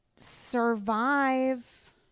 survive